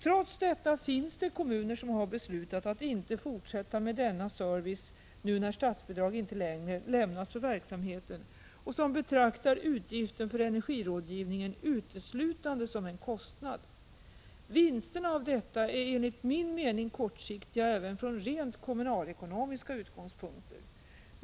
Trots detta finns det kommuner som har beslutat att inte fortsätta med denna service nu när statsbidrag inte längre lämnas för verksamheten och som betraktar utgiften för energirådgivningen uteslutande som en kostnad. Vinsterna av detta är enligt min mening kortsiktiga även från rent kommunalekonomiska utgångspunkter.